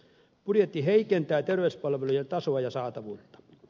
budjetti heikentää terveyspalvelujen tasoa ja saatavuutta